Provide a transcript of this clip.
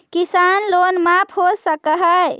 किसान लोन माफ हो सक है?